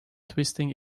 twisting